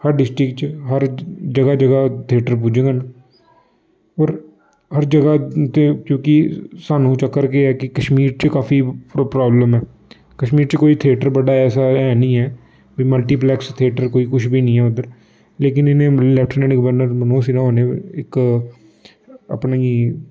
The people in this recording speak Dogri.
हर डिस्ट्रिक्ट च हर जगह जगह थेटर पुजङन होर हर जगह ते क्योंकि सानू चक्कर केह् ऐ कि कश्मीर च काफी प्राब्लम ऐ कश्मीर च कोई थेटर बड्डा ऐसा ऐ नीं ऐ ते मल्टी कम्पलैक्स थेटर कोई किश बी नीं ऐ उद्धर लेकिन इ'नें लैफ्टिनैंट गवर्नर मनोज सिन्हा होरें इक अपनी